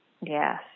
Yes